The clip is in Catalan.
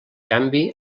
canvi